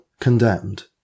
condemned